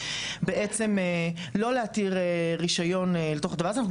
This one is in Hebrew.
בעצם לא להתיר רישיון לתוך הדבר הזה ואנחנו